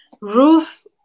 Ruth